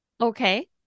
Okay